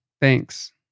Thanks